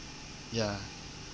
ya